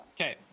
Okay